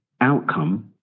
outcome